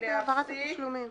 להפסיק